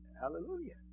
Hallelujah